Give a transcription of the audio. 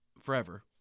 forever